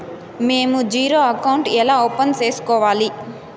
మేము zero account ఎలా open సేసుకోవాలి